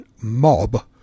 mob